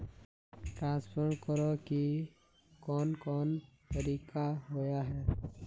Transfer करे के कोन कोन तरीका होय है?